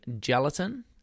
gelatin